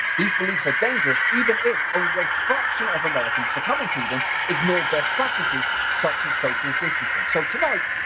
these beliefs are dangerous. even if only a fraction of americans succumbing to them ignore best practices, such as social distancing. so tonight,